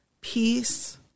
Peace